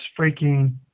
freaking